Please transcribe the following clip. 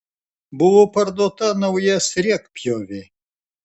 buvo parduota nauja sriegpjovė